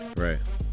right